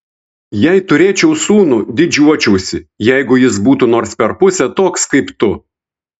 jei turėčiau sūnų didžiuočiausi jeigu jis būtų nors per pusę toks kaip tu